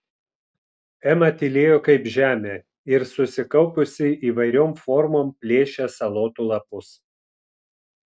ema tylėjo kaip žemė ir susikaupusi įvairiom formom plėšė salotų lapus